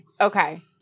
Okay